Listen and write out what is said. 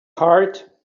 heart